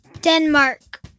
Denmark